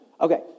Okay